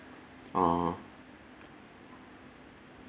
ahead